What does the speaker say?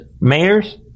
mayors